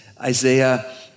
Isaiah